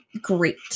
great